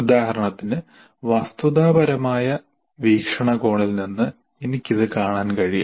ഉദാഹരണത്തിന് വസ്തുതാപരമായ വീക്ഷണകോണിൽ നിന്ന് എനിക്ക് ഇത് കാണാൻ കഴിയും